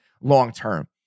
long-term